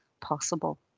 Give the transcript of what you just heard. possible